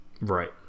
right